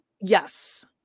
yes